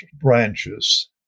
branches